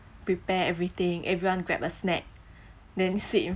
prepare everything everyone grab a snack then sit in